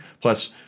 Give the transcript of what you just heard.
Plus